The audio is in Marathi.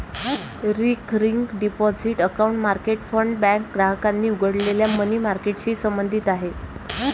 recurring deposit account market fund bank ग्राहकांनी उघडलेल्या मनी मार्केटशी संबंधित आहे